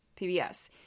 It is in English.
PBS